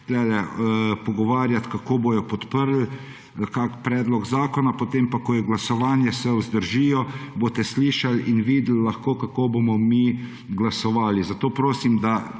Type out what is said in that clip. pogovarjati, kako bodo podprle kakšen predlog zakona, potem ko je glasovanje, se pa vzdržijo, boste lahko slišali in videli, kako bomo mi glasovali. Zato prosim, da